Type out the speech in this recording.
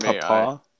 papa